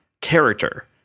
character